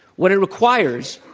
what it requires